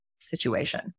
situation